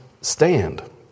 stand